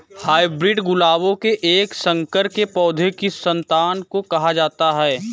hybrid गुलाबों के एक संकर के पौधों की संतान को कहा जाता है